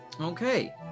Okay